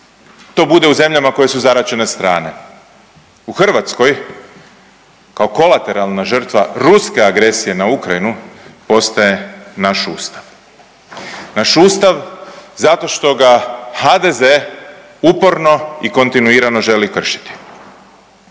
to bude u zemljama koje su zaraćene strane, u Hrvatskoj kao kolateralna žrtva ruske agresije na Ukrajinu postaje naš ustav, naš ustav zato što ga HDZ uporno i kontinuirano želi kršiti.